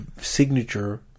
signature